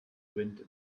wind